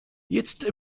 jetzt